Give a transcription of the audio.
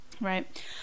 Right